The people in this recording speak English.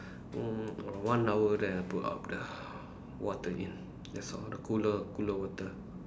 mm one hour then I put up the water in that's all the cooler cooler water